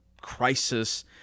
crisis